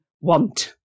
want